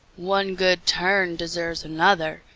one good turn deserves another,